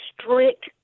strict